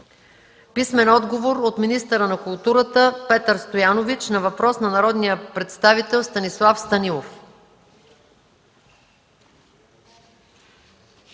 Антон Кутев; - от министъра на културата Петър Стоянович на въпрос от народния представител Станислав Станилов.